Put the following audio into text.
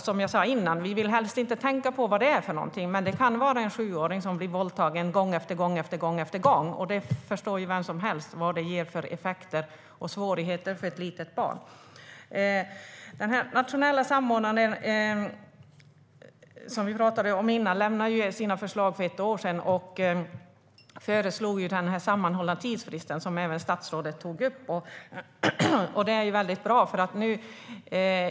Som jag sa tidigare vill vi helst inte tänka på vad det är för någonting, men det kan handla om en sjuåring som blir våldtagen gång efter gång efter gång. Det förstår ju vem som helst vad det ger för effekter och svårigheter för ett litet barn. Den nationella samordnare vi talade om tidigare lämnade sina förslag för ett år sedan. Den sammanhållna tidsfristen, som även statsrådet tog upp, föreslogs. Det är väldigt bra.